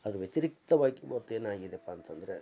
ಅದು ವ್ಯತಿರಿಕ್ತವಾಗಿ ಇವತ್ತೇನಾಗಿದೆಪ್ಪ ಅಂತಂದರೆ